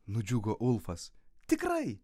nudžiugo ulfas tikrai